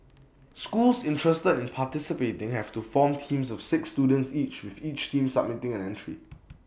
schools interested in participating have to form teams of six students each with each team submitting an entry